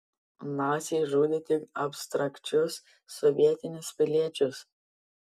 naciai žudė tik abstrakčius sovietinius piliečius